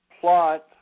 plot